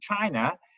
China